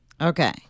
Okay